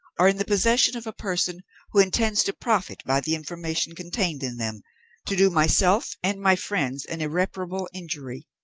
are in the possession of a person who intends to profit by the information contained in them to do myself and my friends an irreparable injury.